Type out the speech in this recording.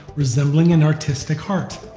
resembling an artistic heart.